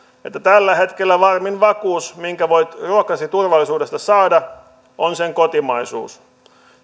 että tällä hetkellä varmin vakuus minkä voit ruokasi turvallisuudesta saada on sen kotimaisuus